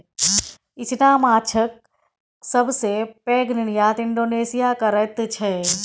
इचना माछक सबसे पैघ निर्यात इंडोनेशिया करैत छै